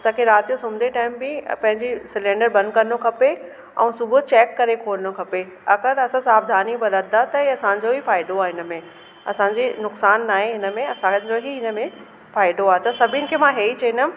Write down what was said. असांखे राति जो सुम्हंदे टाईम बि पंहिंजी सिलेंडर बंदि करिणो खपे ऐं सुबुहु चैक करे खोलणो खपे अगरि असां सावधानी बरतंदा त ईअ असांजो ई फ़ाइदो आहे हिनमें असांजे नुक़सान नाए हिनमें असांजो ही हिन में फ़ाइदो आहे त सभिनि खे मां इहे ई चवंदमि